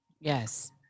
Yes